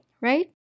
right